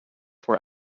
were